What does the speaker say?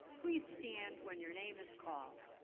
please stand when your name is called.